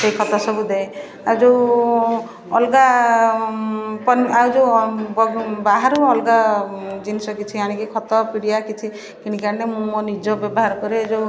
ସେହି ଖତ ସବୁ ଦେ ଆଉ ଯେଉଁ ଅଲଗା ପନି ଆଉ ଯେଉଁ ବଗି ବାହାରୁ ଅଲଗା ଜିନିଷ କିଛି ଆଣିକି ଖତ ପିଡ଼ିଆ କିଛି କିଣିକି ଆଣି ମୁଁ ମୋ ନିଜ ବ୍ୟବହାର କରେ ଏ ଯେଉଁ